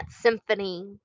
symphony